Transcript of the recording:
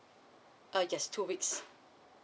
uh yes two weeks